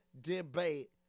debate